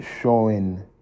showing